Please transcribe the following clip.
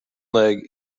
leg